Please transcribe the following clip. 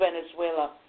Venezuela